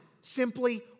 Simply